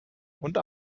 und